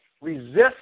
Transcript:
resist